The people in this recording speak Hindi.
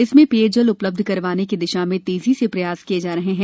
इसमें पेय जल उपलब्ध करवाने की दिशा में तेजी से प्रयास किए जा रहे हैं